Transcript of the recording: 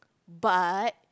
but